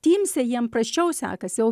tymse jiem prasčiau sekasi o